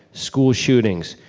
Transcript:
school shootings,